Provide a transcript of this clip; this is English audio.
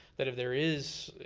that if there is,